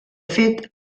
fet